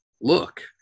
look